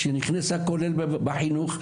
שנכנסה בחינוך,